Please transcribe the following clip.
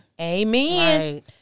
amen